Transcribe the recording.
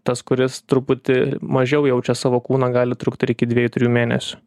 tas kuris truputį mažiau jaučia savo kūną gali trukti ir iki dviejų trijų mėnesių